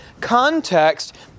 context